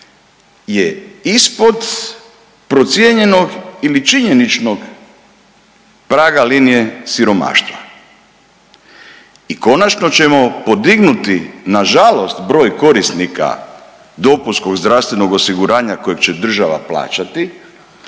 je ispod procijenjenog ili činjeničnog praga linije siromaštava. I konačno ćemo podignuti nažalost broj korisnika dopunskog zdravstvenog osiguranja kojeg će država plaćati